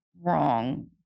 wrong